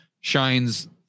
shines